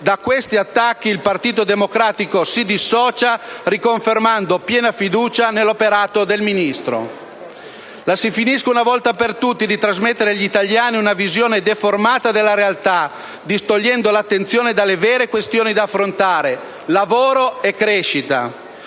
da questi attacchi il Partito Democratico si dissocia, riconfermando piena fiducia nell'operato del Ministro. Si finisca una volta per tutte di trasmettere agli italiani una visione deformata della realtà, distogliendo l'attenzione dalle vere questioni da affrontare: lavoro e crescita.